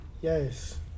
Yes